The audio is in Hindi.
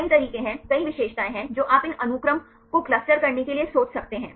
कई तरीके हैं कई विशेषताएं हैं जो आप इन अनुक्रम को क्लस्टर करने के लिए सोच सकते हैं